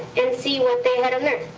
and see what they had unearthed.